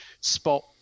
spot